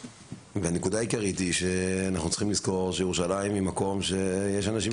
הנקודה העיקרית היא שאנחנו צריכים לזכור שירושלים היא מקום שיש אנשים